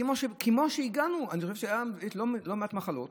כמו שהגענו, אני חושב שהיו לא מעט מחלות